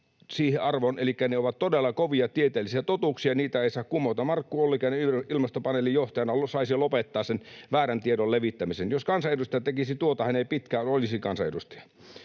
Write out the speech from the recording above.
siihen arvoon, elikkä että ne ovat todella kovia tieteellisiä totuuksia, ja niitä ei saa kumota. Markku Ollikainen ilmastopaneelin johtajana saisi lopettaa sen väärän tiedon levittämisen. Jos kansanedustaja tekisi tuota, hän ei pitkään olisi kansanedustaja.